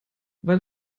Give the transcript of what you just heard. weil